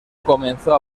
comenzó